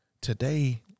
Today